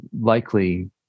likely